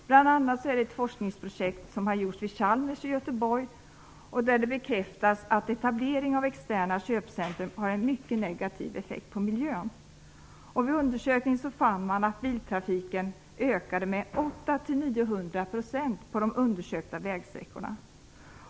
Bl.a. har ett forskningsprojekt utförts vid Chalmers i Göteborg som bekräftar att etablering av externa köpcentrum har en mycket negativ effekt på miljön. Undersökningen visade att biltrafiken ökade med 800-900 % på de undersökta vägsträckorna.